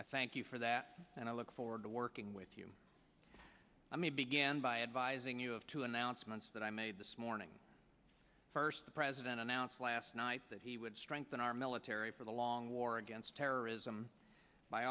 i thank you for that and i look forward to working with you i may begin by advising you of two announcements that i made this morning first the president announced last night that he would strengthen our military for the long war against terrorism by